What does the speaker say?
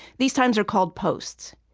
these times are called posts.